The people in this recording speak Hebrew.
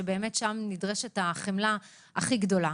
שבאמת שם נדרשת החמלה הכי גדולה